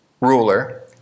ruler